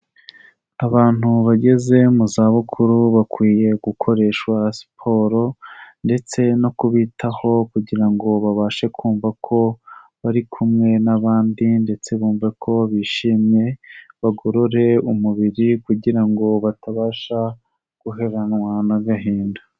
Abantu bageze mu zabukuru bakwiye gukoreshwa siporo, ndetse no kubitaho kugira ngo babashe kumva ko bari kumwe n'abandi, ndetse bumva ko bishimye bagorore umubiri kugira ngo batabasha guheranwa n'agahinda.